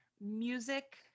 music